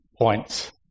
points